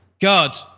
God